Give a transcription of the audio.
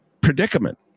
predicament